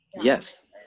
Yes